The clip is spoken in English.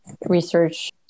research